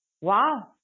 Wow